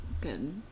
good